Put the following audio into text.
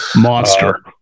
Monster